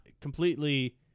completely